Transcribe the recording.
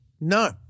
no